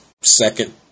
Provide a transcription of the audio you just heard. second